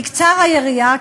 תקצר היריעה,